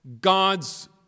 God's